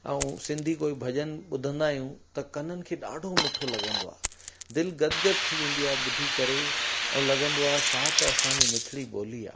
ऐं सिंधी कोई भॼन ॿुधंदा आहियूं त कननि खे ॾाढो मिठो लॻंदो आहे दिल गदगद थी वेंदी आहे ॿुधी करे ऐं लॻंदो आहे छा त असां जी मिठड़ी ॿोली आहे